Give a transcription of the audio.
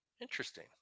Interesting